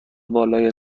بالای